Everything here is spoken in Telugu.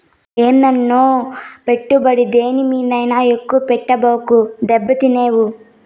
ఏందన్నో, పెట్టుబడి దేని మీదైనా ఎక్కువ పెట్టబాకు, దెబ్బతినేవు